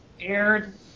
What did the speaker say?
aired